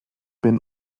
been